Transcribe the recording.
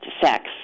sex